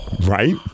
Right